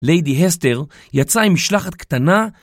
לידי הסטר יצאה עם משלחת קטנה